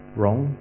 wrong